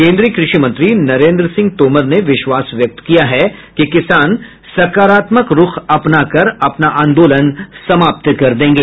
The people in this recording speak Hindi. केन्द्रीय कृषि मंत्री नरेंद्र सिंह तोमर ने विश्वास व्यक्त किया है कि किसान सकारात्मक रूख अपनाकर अपना आंदोलन समाप्त कर देंगे